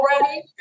Ready